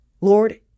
Lord